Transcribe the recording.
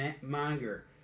monger